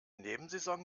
nebensaison